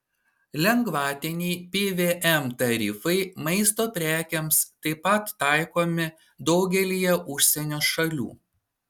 lengvatiniai pvm tarifai maisto prekėms taip pat taikomi daugelyje užsienio šalių